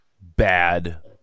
bad